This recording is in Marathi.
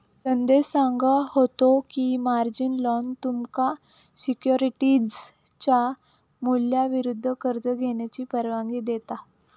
संदेश सांगा होतो की, मार्जिन लोन तुमका सिक्युरिटीजच्या मूल्याविरुद्ध कर्ज घेण्याची परवानगी देता